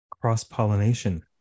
cross-pollination